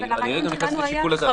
אני נכנס רגע לשיקול הדעת.